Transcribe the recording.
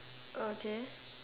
okay